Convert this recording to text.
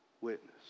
witness